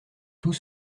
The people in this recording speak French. tout